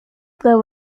there